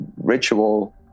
ritual